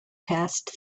past